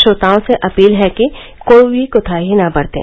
श्रोताओं से अपील है कि कोई भी कोताही न बरतें